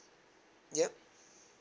yup